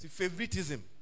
favoritism